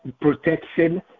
protection